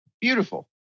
beautiful